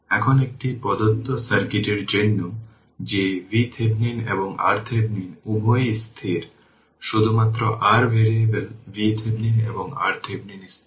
এখন একটি প্রদত্ত সার্কিটের জন্য যে VThevenin এবং RThevenin উভয়ই স্থির শুধুমাত্র RL ভ্যারিয়েবেল VThevenin এবং RThevenin স্থির